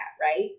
right